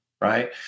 right